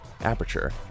aperture